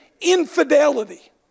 infidelity